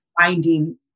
finding